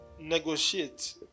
negotiate